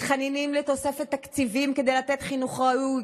מתחננים לתוספת תקציבים כדי לתת חינוך ראוי,